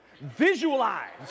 Visualize